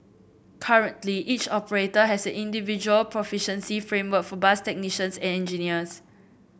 currently each operator has individual proficiency framework for bus technicians and engineers